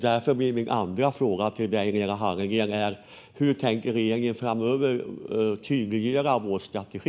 Därför blir min andra fråga till Lena Hallengren hur regeringen framöver tänker tydliggöra vår strategi.